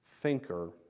thinker